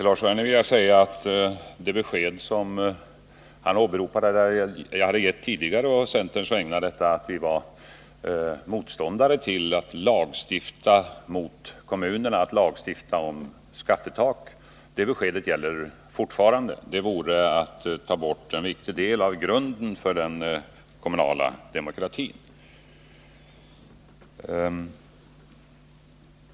Herr talman! Det besked som Lars Werner sade att jag tidigare hade lämnat å centerns vägnar, att vi var motståndare till att lagstifta om ett skattetak för kommunerna, gäller fortfarande. En lagstiftning på det området vore att ta bort en viktig del av grunden för den kommunala demokratin.